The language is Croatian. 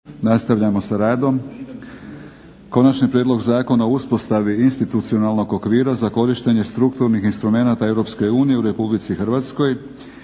Prelazimo na Konačni prijedlog Zakona o uspostavi institucionalnog okvira za korištenje strukturnih instrumenata Europske unije u Republici Hrvatskoj,